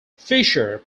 fisher